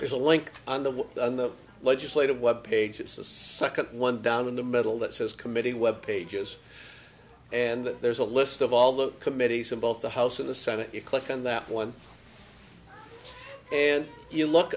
there's a link on the on the legislative web page it's the second one down in the middle that says committee web pages and there's a list of all the committees in both the house and the senate you click on that one and you look